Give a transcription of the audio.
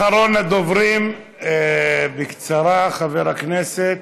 אחרון הדוברים, בקצרה, חבר הכנסת